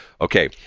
Okay